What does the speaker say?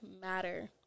matter